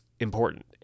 important